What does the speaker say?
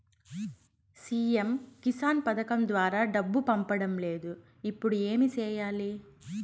CM Kisan పథకం ద్వారా డబ్బు పడడం లేదు ఇప్పుడు ఏమి సేయాలి